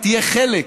תהיה חלק